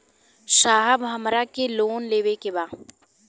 साहब हमरा के लोन लेवे के बा